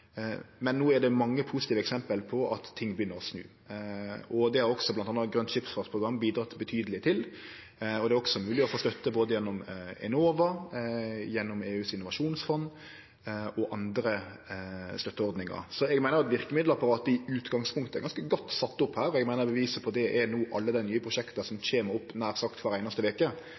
Men no er det mange positive eksempel på at ting begynner å snu. Det har bl.a. Grønt Skipsfartsprogram bidrege betydeleg til, og det er også mogleg å få støtte både gjennom Enova, gjennom EUs innovasjonsfond og gjennom andre støtteordningar. Så eg meiner at verkemiddelapparatet i utgangspunktet er ganske godt sett opp her, og beviset på det er alle dei nye prosjekta som no kjem opp nær sagt kvar einaste veke,